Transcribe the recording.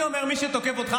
אני אומר שמי שתוקף אותך,